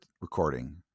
recording